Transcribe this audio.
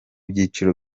byiciro